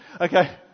Okay